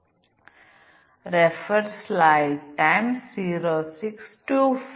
തീർച്ചയായും ഞങ്ങൾ സാധ്യമായ എല്ലാ സാഹചര്യങ്ങളുടെയും സംയോജനം പരിഗണിക്കുന്നതിൽ ശ്രദ്ധിക്കേണ്ടതുണ്ട്